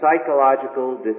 psychological